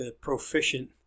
proficient